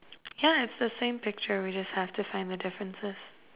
yeah I've the same picture we just have to find the differences